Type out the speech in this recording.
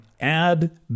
add